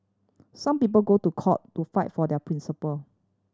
some people go to court to fight for their principle